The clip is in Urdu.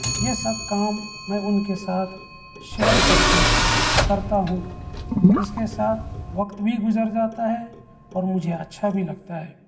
یہ سب کام میں اُن کے ساتھ شیئر کر کے کرتا ہوں اِس کے ساتھ وقت بھی گُزر جاتا ہے اور مجھے اچھا بھی لگتا ہے